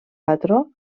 patró